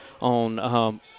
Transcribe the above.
on –